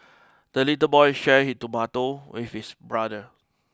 the little boy shared his tomato with his brother